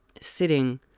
sitting